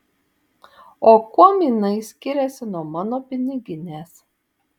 o kuom jinai skiriasi nuo mano piniginės